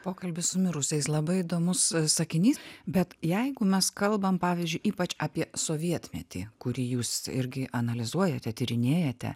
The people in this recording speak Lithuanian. pokalbis su mirusiais labai įdomus sakinys bet jeigu mes kalbam pavyzdžiui ypač apie sovietmetį kurį jūs irgi analizuojate tyrinėjate